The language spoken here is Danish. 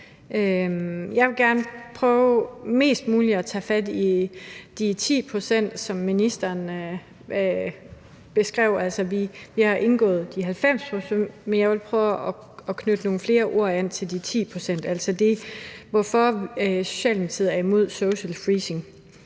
Jeg vil gerne prøve mest muligt at tage fat i de 10 pct., som ministeren beskrev. Vi har gennemgået de 90 pct., men jeg vil prøve at knytte nogle flere ord til de 10 pct., og altså hvorfor Socialdemokratiet er imod social freezing.